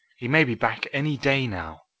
he may be back any day now.